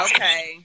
Okay